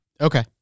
Okay